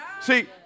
See